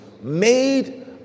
made